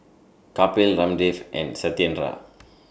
Kapil Ramdev and Satyendra